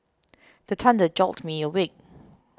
the thunder jolt me awake